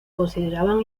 consideraban